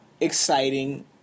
exciting